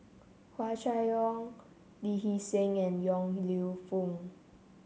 Hua Chai Yong Lee Hee Seng and Yong Lew Foong